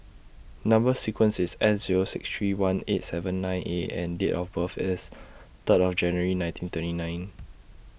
Number sequence IS S Zero six three one eight seven nine A and Date of birth IS Third of January nineteen twenty nine